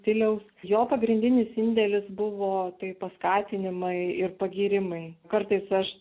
stiliaus jo pagrindinis indėlis buvo tai paskatinimai ir pagyrimai kartais aš